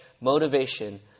motivation